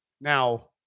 Now